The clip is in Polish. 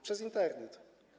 Przez Internet.